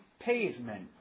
pavement